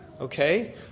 okay